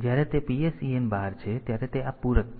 જ્યારે તે PSEN bar છે ત્યારે તે આ પૂરક છે